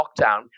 lockdown